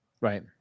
right